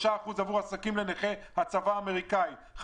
3% עבור עסקים לנכה הצבא האמריקאי,